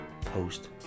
post